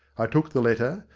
i took the letter,